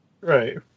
Right